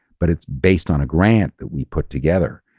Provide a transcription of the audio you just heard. but it's based on a grant that we put together.